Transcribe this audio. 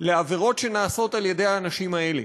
לעבירות שנעשות על-ידי האנשים האלה.